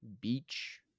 Beach